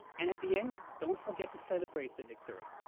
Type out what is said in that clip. and at the end, don't forget to celebrate the victory.